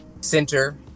center